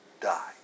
die